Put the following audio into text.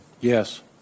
Yes